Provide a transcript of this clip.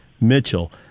Mitchell